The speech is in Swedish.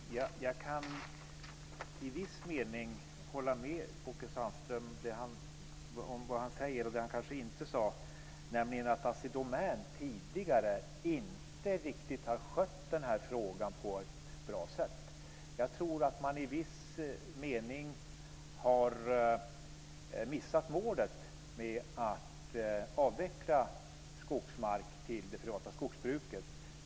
Herr talman! Jag kan i viss mening hålla med Åke Sandström om det han sade och om det han kanske inte sade. Assi Domän har tidigare inte riktigt skött denna fråga på ett bra sätt. Jag tror att man i viss mening har missat målet när det gäller att avveckla skogsmark till det privata skogsbruket.